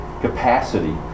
capacity